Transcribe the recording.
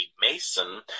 mason